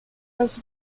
los